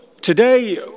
Today